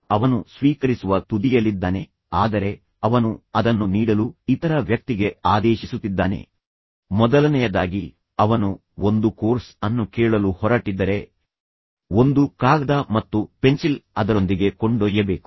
ಅವನು ಸ್ವೀಕರಿಸುವ ತುದಿಯಲ್ಲಿದ್ದಾನೆ ಆದರೆ ಅವನು ಅದನ್ನು ನೀಡಲು ಇತರ ವ್ಯಕ್ತಿಗೆ ಆದೇಶಿಸುತ್ತಿದ್ದಾನೆ ಮೊದಲನೆಯದಾಗಿ ಅವನು ಒಂದು ಕೋರ್ಸ್ ಅನ್ನು ಕೇಳಲು ಹೊರಟಿದ್ದರೆ ಒಂದು ಕಾಗದ ಮತ್ತು ಪೆನ್ಸಿಲ್ ಅದರೊಂದಿಗೆ ಕೊಂಡೊಯ್ಯಬೇಕು